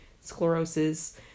sclerosis